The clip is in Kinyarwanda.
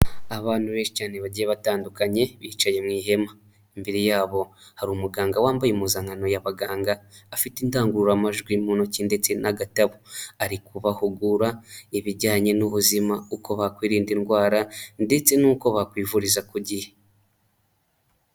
Abantu benshi cyane bagiye batandukanye bicaye mu ihema, imbere yabo hari umuganga wambaye impuzankano y'abaganga afite indangururamajwi mu ntoki ndetse n'agatabo, ari kubahugura ibijyanye n'ubuzima, uko bakwirinda indwara ndetse n'uko bakwivuriza ku gihe.